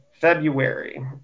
February